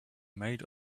maid